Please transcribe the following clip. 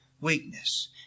weakness